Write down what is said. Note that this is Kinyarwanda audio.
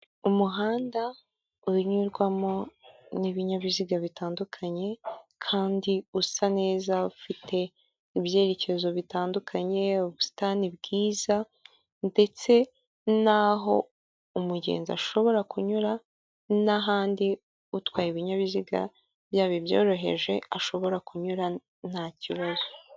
Umuhanda unyurwamo n'ibinyabiziga bitandukanye kandi usa neza, ufite ibyerekezo bitandukanye, ubusitani bwiza ndetse n'aho umugenzi ashobora kunyura n'ahandi utwaye ibinyabiziga byaba ibyoroheje ashobora kunyura nta kibazo.